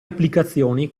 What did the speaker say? applicazioni